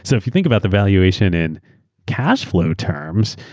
so if you think about the valuation in cash-flow terms,